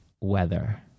Weather